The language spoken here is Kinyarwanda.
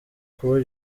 kuba